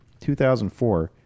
2004